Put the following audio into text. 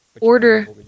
order